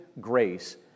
grace